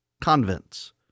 convents